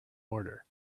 order